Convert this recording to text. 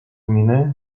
mine